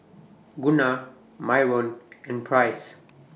Gunnar Myron and Price